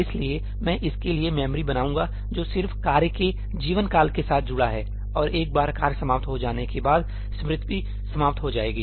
इसलिए मैं इसके लिए मेमोरी बनाऊंगा जो सिर्फ कार्य के जीवनकाल के साथ जुड़ा हुआ है और एक बार कार्य समाप्त हो जाने के बाद स्मृति समाप्त हो जाएगी